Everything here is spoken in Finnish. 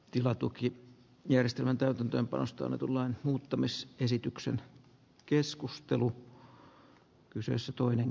tila tuki järjestelmän täytäntöönpanosta annetun lain muuttamis esityksen keskustelu kysyisi toinen